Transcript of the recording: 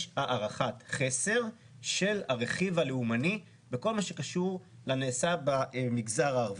הערכת חסר של הרכיב הלאומני בכל מה שקשור לנעשה במגזר הערבי.